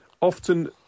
often